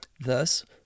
Thus